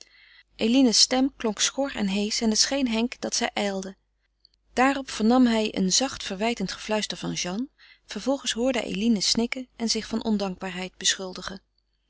stem klonk schor en heesch en het scheen henk dat zij ijlde daarop vernam hij een zacht verwijtend gefluister van jeanne vervolgens hoorde hij eline snikken en zich van ondankbaarheid beschuldigen